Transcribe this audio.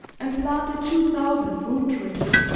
and planted two thousand fruit trees.